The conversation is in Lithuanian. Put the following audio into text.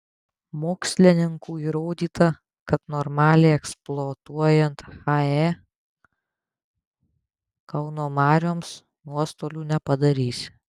mokslininkų įrodyta kad normaliai eksploatuojant hae kauno marioms nuostolių nepadarysi